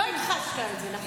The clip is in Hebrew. לא הכחשת את זה, נכון?